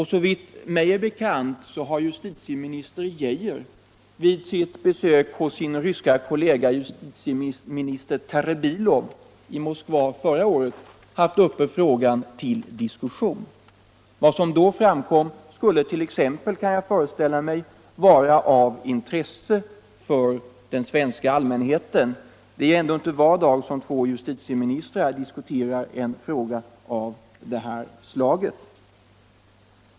Såvitt det är mig bekant har justitieminister Geijer vid sitt besök hos sin ryske kollega justitieminister Terebilov i Moskva förra året haft frågan uppe till diskussion. Jag kan föreställa mig att vad som då framkom t.ex. skulle vara av intresse för den svenska allmänheten. Det är ändå inte var dag som två justitieministrar diskuterar en fråga av det här slaget.